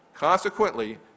Consequently